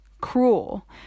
cruel